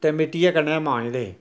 ते मिट्टिये कन्नै मांजदे हे